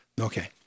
Okay